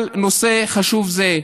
על נושא חשוב זה.